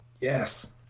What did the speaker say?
Yes